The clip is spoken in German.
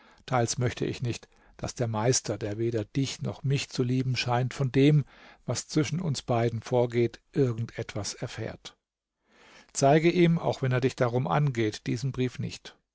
teils möchte ich nicht daß der meister der weder dich noch mich zu lieben scheint von dem was zwischen uns beiden vorgeht irgend etwas erfährt zeige ihm auch wenn er dich darum angeht diesen brief nicht